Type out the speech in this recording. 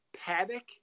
Paddock